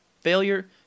failure